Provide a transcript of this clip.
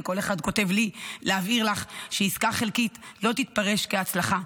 כל אחד כותב "לי" להבהיר לך שעסקה חלקית לא תתפרש כהצלחה.